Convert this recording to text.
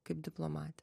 kaip diplomatė